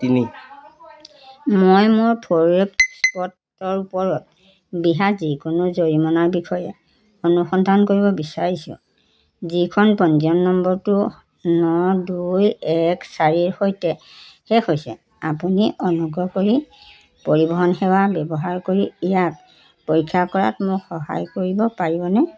মই মোৰ ফৰ্ড ইক 'স্প'ৰ্টৰ ওপৰত বিহা যিকোনো জৰিমনাৰ বিষয়ে অনুসন্ধান কৰিব বিচাৰিছোঁ যিখন পঞ্জীয়ন নম্বৰটো ন দুই এক চাৰিৰ সৈতে শেষ হৈছে আপুনি অনুগ্ৰহ কৰি পৰিবহণ সেৱা ব্যৱহাৰ কৰি ইয়াক পৰীক্ষা কৰাত মোক সহায় কৰিব পাৰিবনে